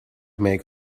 make